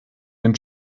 den